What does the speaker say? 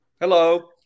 Hello